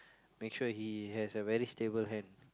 make sure he has a very stable hand